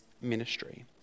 ministry